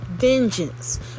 Vengeance